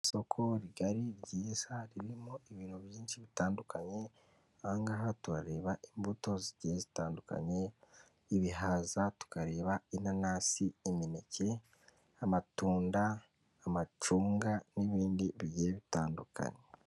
Isoko rigari ryiza ririmo ibintu byinshi bitandukanye, aha ngaha turareba imbuto zitandukanye ibihaza, tukareba inanasi, imineke, amatunda, amacunga n'ibindi bigiye bitandukanye.